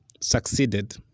succeeded